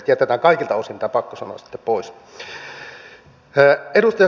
jätetään kaikilta osin tämä pakko sana sitten pois